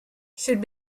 should